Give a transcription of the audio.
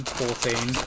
fourteen